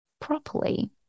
properly